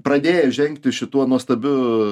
pradėję žengti šituo nuostabiu